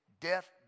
death